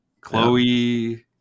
Chloe